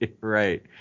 Right